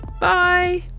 Bye